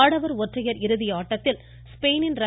ஆடவர் ஒற்றையர் இறுதி ஆட்டத்தில் ஸ்பெயினின் ர